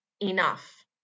enough